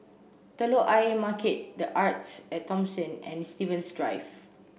Telok Ayer Market The Arte at Thomson and Stevens Drive